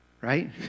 right